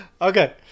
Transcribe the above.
okay